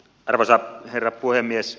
arvoisa herra puhemies